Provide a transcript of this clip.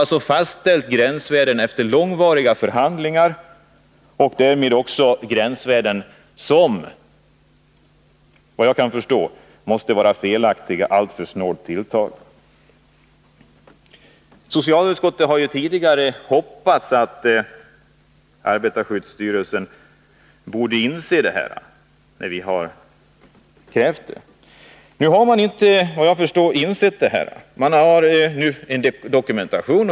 Man har fastställt gränsvärden efter långvariga förhandlingar och därmed fått värden som, vad jag kan förstå, måste vara felaktiga och alltför snålt tilltagna. Socialutskottet har tidigare hoppats att arbetarskyddsstyrelsen skulle inse vikten av en sådan dokumentation som vi har krävt.